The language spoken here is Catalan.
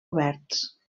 oberts